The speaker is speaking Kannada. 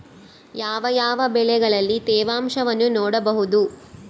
ಯಾವ ಯಾವ ಬೆಳೆಗಳಲ್ಲಿ ತೇವಾಂಶವನ್ನು ನೋಡಬಹುದು?